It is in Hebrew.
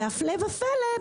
והפלא ופלא,